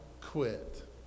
quit